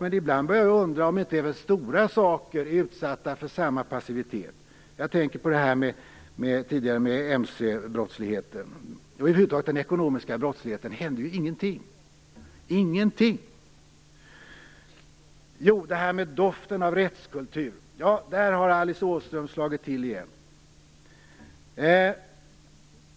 Men ibland börjar jag undra om inte även stora saker är utsatta för samma passivitet. Jag tänker på det som tidigare sades om mc-brottsligheten. När det gäller den ekonomiska brottsligheten händer över huvud taget ingenting! Så till detta med doften av rättskultur. Där har Alice Åström slagit till igen.